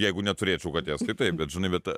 jeigu neturėtų katės tai taip bet žinai bet